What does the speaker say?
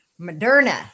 Moderna